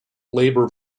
labour